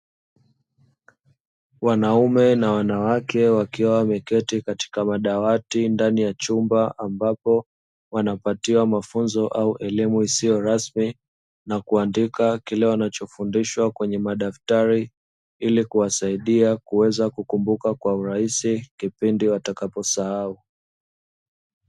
Wanaume na wanawake katika madawati ndani ya chumba ambapo wanapatiwa mafunzo au elimu isiyo rasmi, na kuandika kile wanachofundishwa kwenye madaftari ili kuwasaidia kuweza kukumbuka kwa urahisi kipindi watakaposahau.